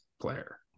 player